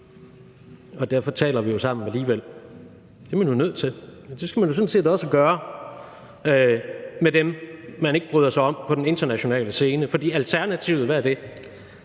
men derfor taler vi jo sammen alligevel. Det er man jo nødt til, og det skal man sådan set også gøre med dem, man ikke bryder sig om på den internationale scene. For hvad er alternativet? Ja, det